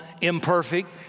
imperfect